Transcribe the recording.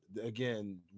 again